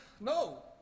No